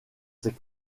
ses